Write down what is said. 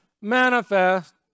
manifest